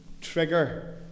trigger